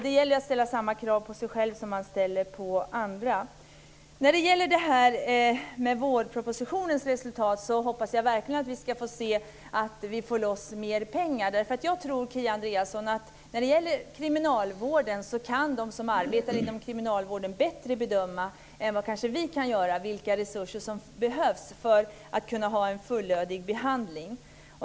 Det gäller att ställa samma krav på sig själv som man ställer på andra. Sedan hoppas jag att resultatet av vårpropositionen verkligen blir att vi får loss mer pengar. När det gäller kriminalvården, Kia Andreasson, tror jag att de som arbetar inom kriminalvården bättre kan bedöma än vad vi kan göra vilka resurser som behövs för att kunna ha en fullödig behandling.